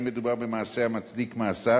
אם מדובר במעשה המצדיק מאסר,